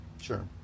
Sure